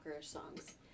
songs